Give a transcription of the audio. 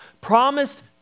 promised